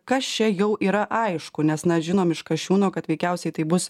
kas čia jau yra aišku nes na žinom iš kasčiūno kad veikiausiai tai bus